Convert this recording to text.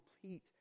complete